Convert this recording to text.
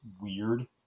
weird